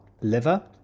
liver